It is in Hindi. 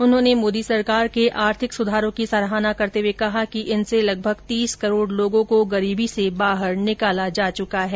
उन्होंने मोदी सरकार के आर्थिक सुधारों की सराहना करते हुए कहा कि इनसे लगभग तीस करोड़ लोगों को गरीबी से बाहर निकाला जा सका है